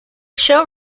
show